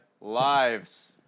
Lives